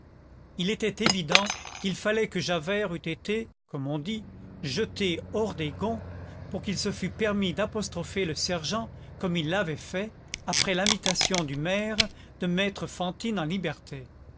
il était évident qu'il fallait que javert eût été comme on dit jeté hors des gonds pour qu'il se fût permis d'apostropher le sergent comme il l'avait fait après l'invitation du maire de mettre fantine en liberté